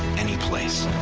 any place.